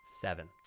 Seven